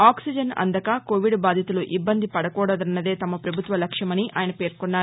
oxygen అందక Covid బాధితులు ఇబ్బంది పడకూడదన్నదే తమ పభుత్వ లక్ష్యమని ఆయన పేర్కొన్నారు